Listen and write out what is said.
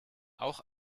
auch